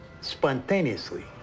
spontaneously